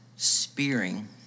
spearing